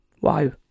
Wow